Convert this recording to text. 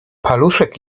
paluszek